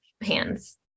hands